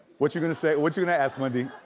what you gonna say, what you gonna ask, wendy?